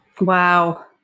Wow